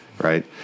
right